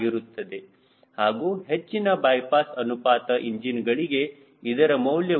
7 ಆಗಿರುತ್ತದೆ ಹಾಗೂ ಹೆಚ್ಚಿನ ಬೈಪಾಸ್ ಅನುಪಾತ ಇಂಜಿನ್ಗಳಿಗೆ ಇದರ ಮೌಲ್ಯವು 0